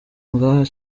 ngaha